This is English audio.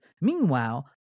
Meanwhile